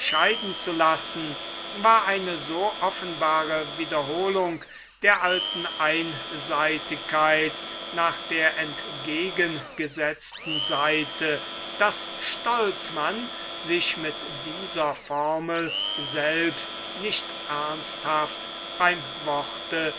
zu lassen war eine so offenbare wiederholung der alten einseitigkeit nach der entgegengesetzten seite daß stolzmann sich mit dieser formel selbst nicht ernsthaft beim worte